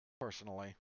personally